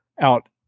out